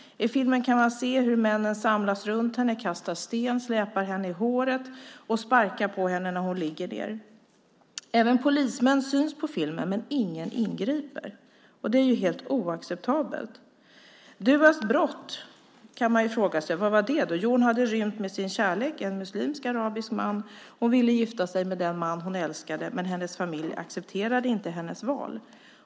I filmen ser man hur männen samlas runt henne, kastar sten, släpar henne i håret och sparkar på henne när hon ligger ned. Även polismän syns på filmen, men ingen ingriper. Det är helt oacceptabelt. Man kan fråga sig vad som var Duas brott. Jo, hon hade rymt med sin kärlek, en muslimsk arabisk man. Hon ville gifta sig med den man hon älskade, men familjen accepterade inte hennes val.